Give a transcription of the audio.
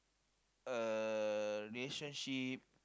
a relationship